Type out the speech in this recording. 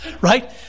right